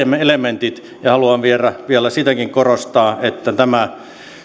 elementit ja haluan vielä sitäkin korostaa että tämä